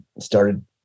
started